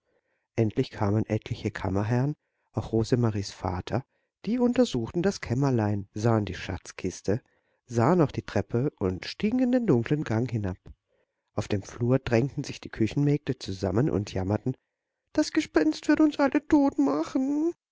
endlich kamen etliche kammerherren auch rosemaries vater die untersuchten das kämmerlein sahen die schatzkiste sahen auch die treppe und stiegen in den dunklen gang hinab auf dem flur drängten sich die küchenmägde zusammen und jammerten das gespenst wird uns alle totmachen